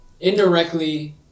indirectly